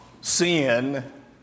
sin